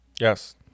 Yes